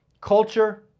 culture